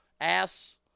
ass